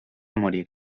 morir